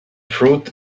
fruit